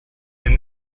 and